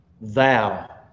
Thou